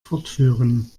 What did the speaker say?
fortführen